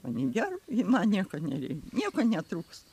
mane gerb ir man nieko nereikia nieko netrūksta